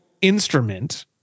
instrument